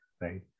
right